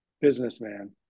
businessman